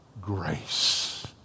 grace